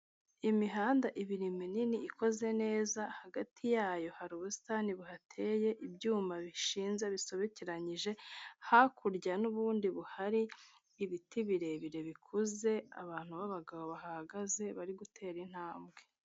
Imihanda ibiri minini ikoze neza, hagati yayo hari ubusitani buhateye, ibyuma bishinja bisobekeranyije, hakurya n'ubundi buhari ibiti birebire bikuze, abantu b'abagabo bahahagaze bari gutera intambwe.